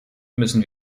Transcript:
müssen